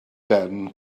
ben